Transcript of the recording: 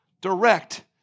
direct